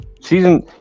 Season